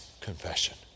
confession